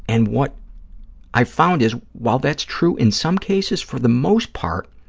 and what i found is, while that's true in some cases, for the most part,